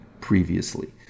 previously